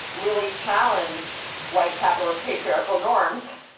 really challenge white capitalist patriarchal norms